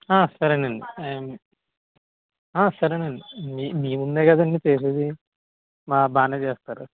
సరేనండి సరేనండి మీ ముందే కదండీ చేసేది బాగా బాగానే చేస్తారు